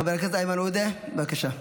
חבר הכנסת איימן עודה, בבקשה.